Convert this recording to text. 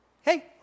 Hey